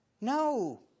No